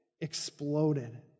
exploded